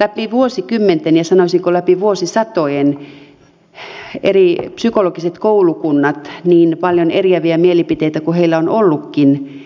läpi vuosikymmenten ja sanoisinko läpi vuosisatojen eri psykologiset koulukunnat niin paljon eriäviä mielipiteitä kuin heillä on ollutkin